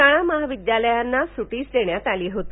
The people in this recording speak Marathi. शाळा महाविद्यालयांना तर सुटीच देण्यात आली होती